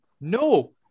No